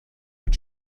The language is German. mit